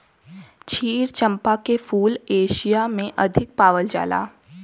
क्षीर चंपा के फूल एशिया में अधिक पावल जाला